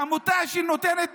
השעון, עמותה שנותנת